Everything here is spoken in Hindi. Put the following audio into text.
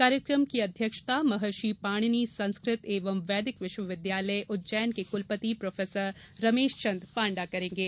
कार्यक्रम की अध्यक्षता महर्षि पाणिनि संस्कृत एवं वैदिक विश्वविद्यालय उज्जैन के क्लपति प्रो रमेशचन्द पांडा करेंगे